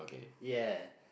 ya